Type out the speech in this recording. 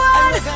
one